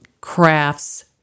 crafts